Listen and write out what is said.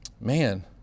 Man